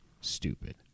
stupid